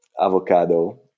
avocado